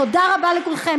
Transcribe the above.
תודה רבה לכולכם,